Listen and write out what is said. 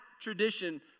tradition